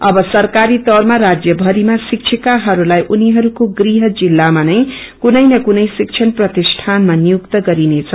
अब सरकारी तौरमा राज्य भरीमा शिक्षिकाहरूलाई उनिहरूको गृह जिल्लामा नै कुनै न कुनै शिक्षण प्रतिष्ठानया नियुक्त गरिनेछ